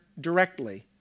directly